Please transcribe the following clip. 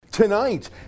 Tonight